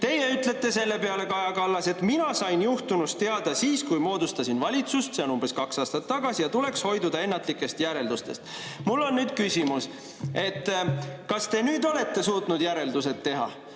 Teie ütlete selle peale, Kaja Kallas, et mina sain juhtunust teada siis, kui moodustasin valitsust, see on umbes kaks aastat tagasi, ja tuleks hoiduda ennatlikest järeldustest. Mul on küsimus: kas te nüüd olete suutnud järeldused teha?